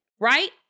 right